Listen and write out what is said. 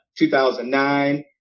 2009